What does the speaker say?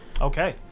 Okay